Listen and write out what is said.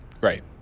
Right